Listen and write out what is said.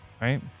right